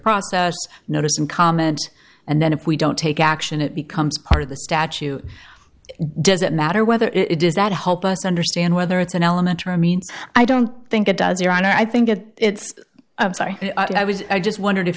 process notice and comment and then if we don't take action it becomes part of the statute does it matter whether it does that help us understand whether it's an elementary means i don't think it does your honor i think it it's i'm sorry i was i just wondered if